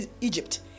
Egypt